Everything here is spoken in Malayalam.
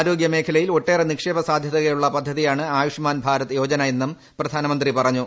ആരോഗൃമേഖലയിൽ ഒട്ടേറെ നിക്ഷേപ സാധൃതകളുള്ള പദ്ധതിയാണ് ആയുഷ്മാൻ ഭാരത് യോജന എന്നും പ്രധാനമന്ത്രി പറഞ്ഞു